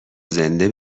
زنده